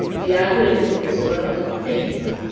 the aggregate of surrounding things,